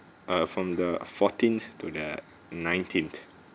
err from the fourteenth to the nineteenth